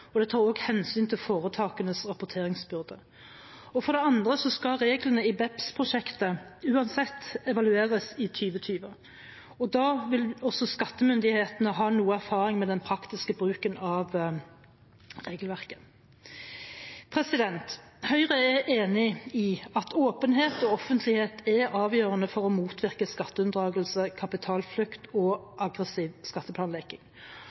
og det tar også hensyn til foretakenes rapporteringsbyrde. For det andre skal reglene i BEPS-prosjektet uansett evalueres i 2020, og da vil også skattemyndighetene ha noe erfaring med den praktiske bruken av regelverket. Høyre er enig i at åpenhet og offentlighet er avgjørende for å motvirke skatteunndragelse, kapitalflukt og aggressiv skatteplanlegging,